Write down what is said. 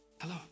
Hello